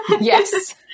Yes